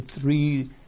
three